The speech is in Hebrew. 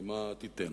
למה תיתן?